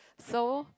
so